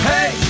Hey